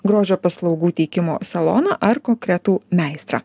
grožio paslaugų teikimo saloną ar kokretų meistrą